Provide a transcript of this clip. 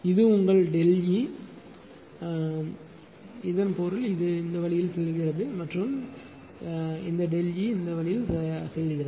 இது உங்கள் ΔE எனவே இதன் பொருள் இது இந்த வழியில் செல்கிறது மற்றும் இந்த ΔE இந்த வழியில் சரியாக செல்கிறது